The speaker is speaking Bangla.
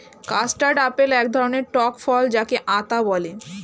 কাস্টার্ড আপেল এক ধরণের টক ফল যাকে আতা বলে